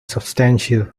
substantial